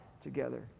together